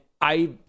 I-